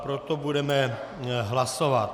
Proto budeme hlasovat.